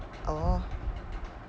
oh